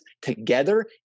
together